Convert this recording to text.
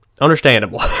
understandable